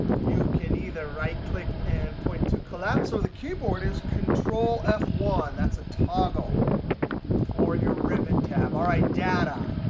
you can either right click and point to collapse, or the keyboard is control f one. that's a toggle for your ribbon tab. all right, data.